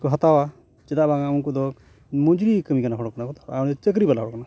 ᱠᱚ ᱦᱟᱛᱟᱣᱟ ᱪᱮᱫᱟ ᱵᱟᱝ ᱩᱱᱠᱩᱫᱚ ᱢᱩᱡᱩᱨᱤ ᱠᱟᱹᱢᱤ ᱦᱚᱲ ᱠᱟᱱᱟ ᱠᱚ ᱟᱨ ᱩᱱᱤᱫᱚ ᱪᱟᱹᱠᱨᱤ ᱵᱟᱞᱟ ᱦᱚᱲ ᱠᱟᱱᱟ